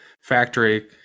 factory